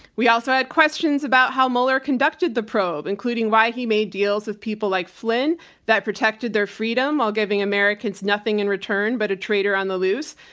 we also had questions about how mueller conducted the probe, including why he made deals with people like flynn that protected their freedom while giving americans nothing in return but a traitor on the loose,